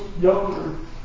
younger